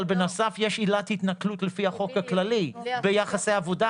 אבל בנוסף יש עילת התנכלות לפי החוק הכללי ביחסי עבודה